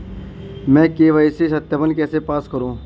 मैं के.वाई.सी सत्यापन कैसे पास करूँ?